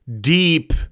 deep